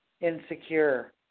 Insecure